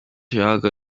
yahaga